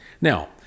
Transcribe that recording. Now